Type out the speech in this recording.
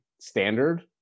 standard